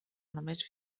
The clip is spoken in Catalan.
només